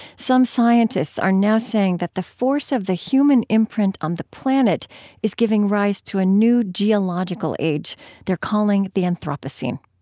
some scientists are now saying that the force of the human imprint on the planet is giving rise to a new geological age they're calling the anthropocene.